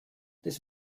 des